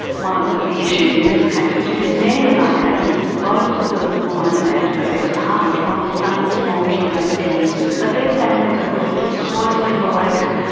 one of the issues in this case which is in many of our cases, is both the the woman and her ex-partner are from the same small kin-based community. so their families are really closely related,